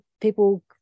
people